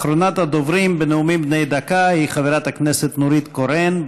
אחרונת הדוברים בנאומים בני דקה היא חברת הכנסת נורית קורן.